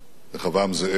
רחבעם זאבי,